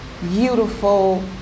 beautiful